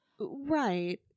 Right